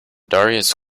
darius